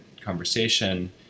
conversation